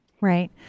right